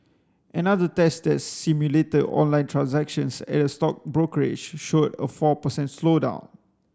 another test that simulated online transactions at a stock brokerage showed a four per cent slowdown